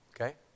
Okay